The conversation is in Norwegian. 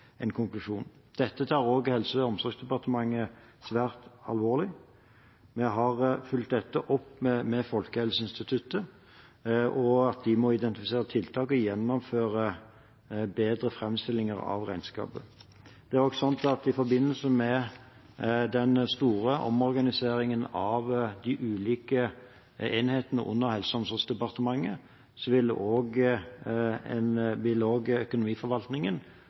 Dette tar også Helse- og omsorgsdepartementet svært alvorlig. Vi har fulgt dette opp med Folkehelseinstituttet, og bedt om at de må identifisere tiltak og gjennomføre bedre framstillinger av regnskapet. I forbindelse med den store omorganiseringen av de ulike enhetene under Helse- og omsorgsdepartementet vil også økonomiforvaltningen nå bli overført til Direktoratet for økonomistyring, og en